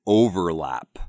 overlap